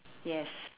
yes